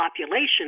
population